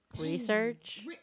Research